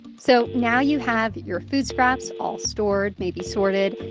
so now you have your food scraps all stored, maybe sorted.